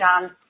John